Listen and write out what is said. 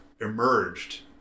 emerged